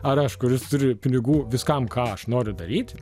ar aš kuris turi pinigų viskam ką aš noriu daryti